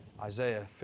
Isaiah